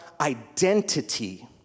identity